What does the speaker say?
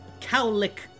cowlick